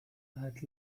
had